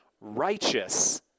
righteous